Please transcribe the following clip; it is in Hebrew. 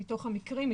מתוך המקרים,